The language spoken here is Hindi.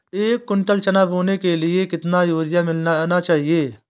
एक कुंटल चना बोने के लिए कितना यूरिया मिलाना चाहिये?